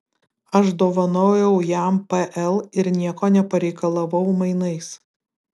aš dovanojau jam pl ir nieko nepareikalavau mainais